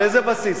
על איזה בסיס?